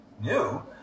new